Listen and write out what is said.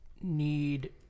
need